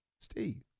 Steve